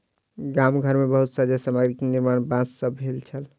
गाम घर मे बहुत सज्जा सामग्री के निर्माण बांस सॅ भेल छल